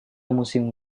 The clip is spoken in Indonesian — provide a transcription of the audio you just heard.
musim